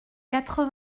quatre